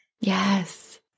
Yes